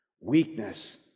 Weakness